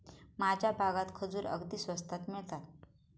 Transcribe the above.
माझ्या भागात खजूर अगदी स्वस्तात मिळतात